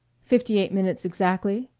fifty-eight minutes exactly.